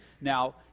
Now